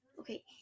Okay